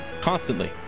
constantly